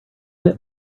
hit